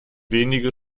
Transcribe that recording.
wenige